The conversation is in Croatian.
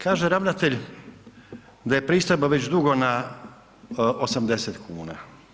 Kaže ravnatelj da je pristojba već dugo na 80 kuna.